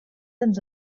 ens